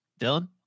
Dylan